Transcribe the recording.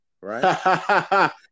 right